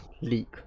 leak